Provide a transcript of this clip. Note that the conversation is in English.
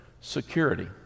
security